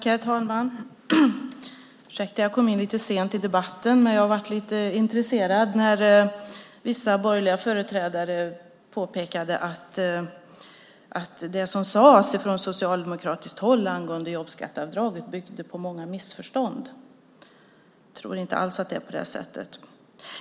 Herr talman! Jag kom in lite sent i debatten, men jag blev lite intresserad när vissa borgerliga företrädare påpekade att det som sades från socialdemokratiskt håll angående jobbskatteavdraget byggde på många missförstånd. Jag tror inte alls att det är på det sättet.